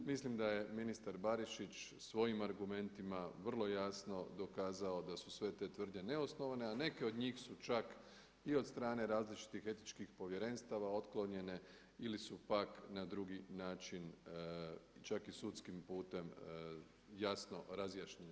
Mislim da je ministar Barišić svojim argumentima vrlo jasno dokazao da su sve te tvrdnje neosnovane, a neke od njih su čak i od strane različitih etičkih povjerenstva otklonjene ili su pak na drugi način čak i sudskim putem jasno razjašnjenje.